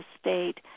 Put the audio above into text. state